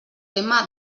tema